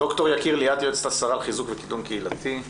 ד"ר יקיר ליאת, עוזרת השרה לחיזוק וקידום קהילתי.